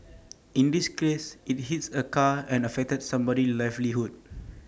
in this case IT hit A car and affected somebody's livelihood